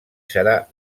serà